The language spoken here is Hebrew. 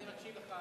אני מקשיב לך.